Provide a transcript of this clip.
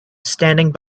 standing